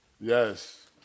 Yes